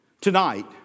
Tonight